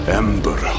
ember